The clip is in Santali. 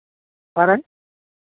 ᱚᱠᱟᱨᱮ